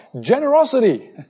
generosity